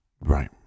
Right